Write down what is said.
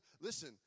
Listen